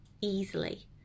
easily